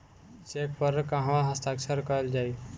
Check पर कहवा हस्ताक्षर कैल जाइ?